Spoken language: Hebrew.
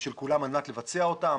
ושל כולם על מנת לבצע אותם.